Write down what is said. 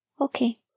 Okay